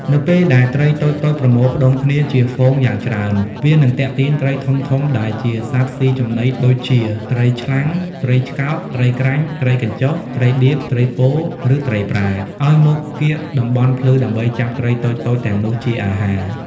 នៅពេលដែលត្រីតូចៗប្រមូលផ្តុំគ្នាជាហ្វូងយ៉ាងច្រើន វានឹងទាក់ទាញ ត្រីធំៗដែលជាសត្វស៊ីចំណីដូចជា ត្រីឆ្លាំង ត្រីឆ្កោក ត្រីក្រាញ់ ត្រីកញ្ចុះ ត្រីដៀប ត្រីពោ ឬត្រីប្រា ឱ្យមកកៀកតំបន់ភ្លឺដើម្បីចាប់ត្រីតូចៗទាំងនោះជាអាហារ។